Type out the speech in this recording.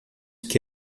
que